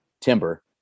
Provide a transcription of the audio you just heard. timber